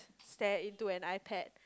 stare into an iPad